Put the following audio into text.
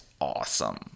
awesome